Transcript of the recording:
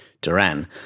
Duran